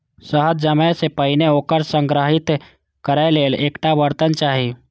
शहद जमै सं पहिने ओकरा संग्रहीत करै लेल एकटा बर्तन चाही